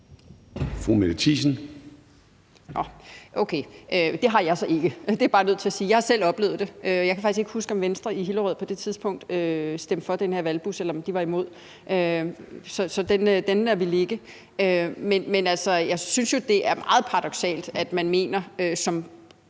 til at sige, for jeg har selv oplevet det. Jeg kan faktisk ikke huske, om Venstre i Hillerød på det tidspunkt stemte for den her valgbus, eller om de var imod, så den lader vi ligge. Men jeg synes jo, at det er meget paradoksalt, at man som